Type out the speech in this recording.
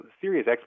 serious